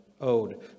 owed